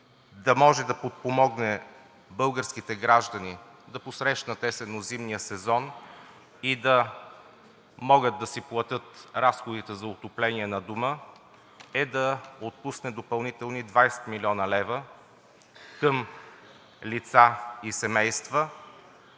да може да подпомогне българските граждани да посрещнат есенно-зимния сезон и да могат да си платят разходите за отопление на дома, е да отпусне допълнителни 20 млн. лв. към лица и семейства,